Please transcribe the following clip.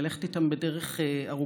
ללכת איתם בדרך ארוכה,